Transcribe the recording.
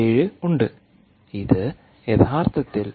7 ഉണ്ട് ഇത് യഥാർത്ഥത്തിൽ 1